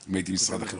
אם הייתי משרד החינוך,